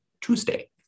Tuesday